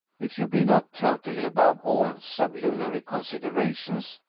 if you be not totally above all sublunary considerations,